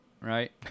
right